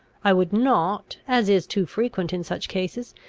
i would not, as is too frequent in such cases,